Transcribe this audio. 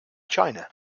china